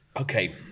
Okay